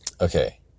Okay